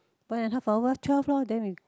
one and a half hour twelve lor then we